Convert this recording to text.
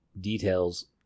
details